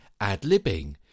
ad-libbing